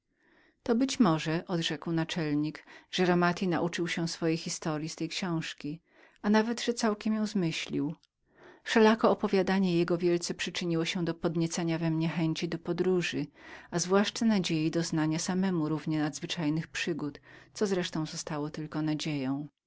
to być może odrzekł naczelnik że romati nauczył się swojej historyi z tej książki a nawet że całkiem ją zmyślił wszelako opowiadanie jego wielce przyczyniło się do podniecenia we mnie chęci do podróży i zwłaszcza nadziei doznania samemu równie nadzwyczajnych przygód która zawsze została tylko nadzieją